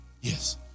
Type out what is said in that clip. Yes